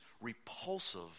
repulsive